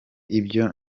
ibyo